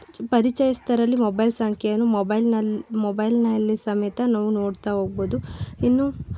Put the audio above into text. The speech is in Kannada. ಪರಿಚಯಸ್ಥರಲ್ಲಿ ಮೊಬೈಲ್ ಸಂಖ್ಯೆಯನ್ನು ಮೊಬೈಲ್ನಲ್ಲಿ ಮೊಬೈಲ್ನಲ್ಲಿ ಸಮೇತ ನಾವು ನೋಡ್ತಾ ಹೋಗ್ಬೊದು ಇನ್ನೂ